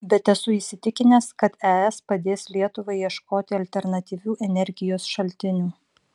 bet esu įsitikinęs kad es padės lietuvai ieškoti alternatyvių energijos šaltinių